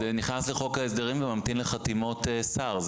זה נכנס לחוק ההסדרים וממתין לחתימות השר.